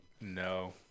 no